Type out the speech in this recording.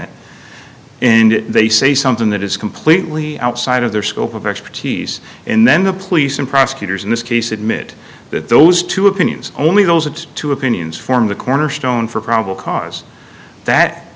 it and they say something that is completely outside of their scope of expertise and then the police and prosecutors in this case admit that those two opinions only those that two opinions formed the cornerstone for probable cause that